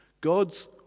God's